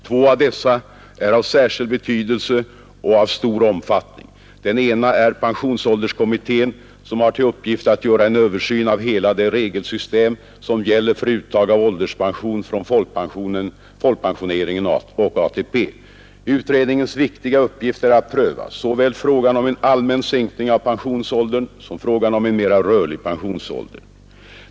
Två av dessa är av särskild betydelse och av stor omfattning. Den ena är pensionsålderskommittén, som har till uppgift att göra en översyn av hela det regelsystem som gäller för uttag av ålderspension från folkpensioneringen och ATP. Utredningens viktiga uppgift är att pröva såväl frågan om en allmän sänkning av pensionsåldern som frågan om en mera rörlig pensionsålder.